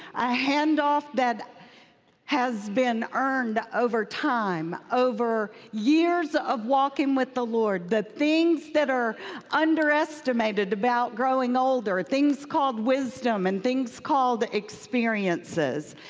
a handoff that has been earned over time, over years of walking with the lord. the things that are underestimated about growing older, ah things called wisdom, and things called experiences.